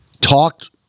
Talked